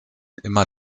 wieder